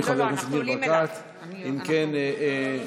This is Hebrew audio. אם כן,